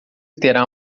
terá